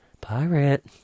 Pirate